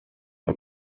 nka